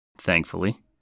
thankfully